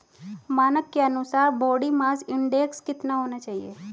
मानक के अनुसार बॉडी मास इंडेक्स कितना होना चाहिए?